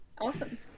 awesome